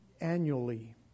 annually